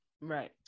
Right